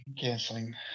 canceling